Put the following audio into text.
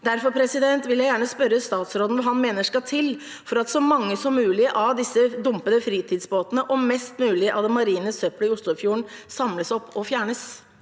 Derfor vil jeg gjerne spørre statsråden hva han mener skal til for at så mange som mulig av disse dumpede fritidsbåtene og mest mulig av det marine søppelet i Oslofjorden samles opp og fjernes.